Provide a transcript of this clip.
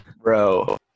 Bro